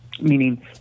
meaning